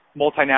multinational